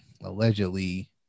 allegedly